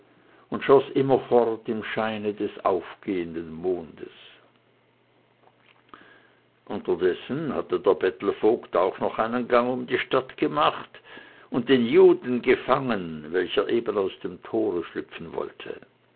und schoß immerfort im scheine des aufgegangenen mondes unterdessen hatte der bettelvogt auch noch einen gang um die stadt gemacht und den juden gefangen welcher eben aus dem tore schlüpfen wollte